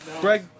Greg